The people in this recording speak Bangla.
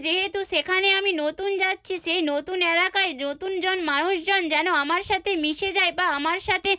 যেহেতু সেখানে আমি নতুন যাচ্ছি সেই নতুন এলাকায় নতুনজন মানুষজন যেন আমার সাথে মিশে যায় বা আমার সাথে